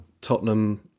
Tottenham